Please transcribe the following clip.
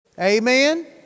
Amen